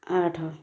ଆଠ